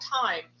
time